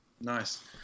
Nice